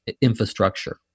infrastructure